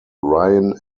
ryan